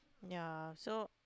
ya so